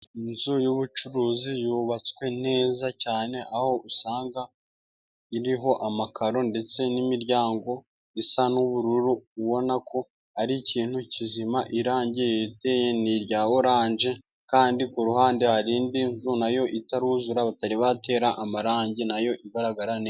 Inzu y'ubucuruzi yubatswe neza cyane， aho usanga iriho amakaro ndetse n'imiryango isa n'ubururu，ubona ko ari ikintu kizima，irangi riteye ni irya oranje， kandi ku ruhande hari indi nzu， nayo itaruzura， batari batera amarangi nayo igaragara neza.